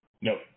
No